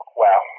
wow